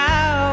Now